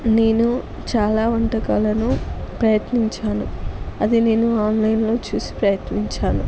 నేను చాలా వంటకాలను ప్రయత్నించాను అది నేను ఆన్లైన్లో చూసి ప్రయత్నించాను